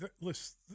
listen